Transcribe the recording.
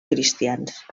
cristians